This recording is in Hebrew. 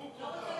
קבוצת